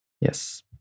Yes